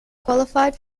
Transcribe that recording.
qualified